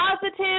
positive